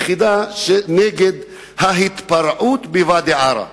יחידה נגד ההתפרעות בוואדי-עארה.